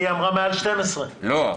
היא אמרה מעל 12. לא,